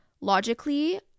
logically